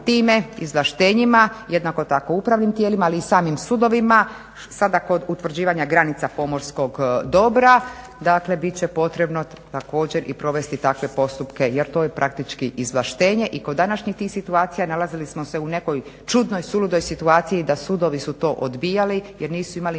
time, izvlaštenjima, jednako tako upravnim tijelima ali i samim sudovima sada kod utvrđivanja granica pomorskog dobra, dakle bit će potrebno također i provesti takve postupke jer to je praktički izvlaštenje i kod današnjih tih situacija nalazili smo se u nekoj čudnoj suludoj situaciji da sudovi su to odbijali jer nisu imali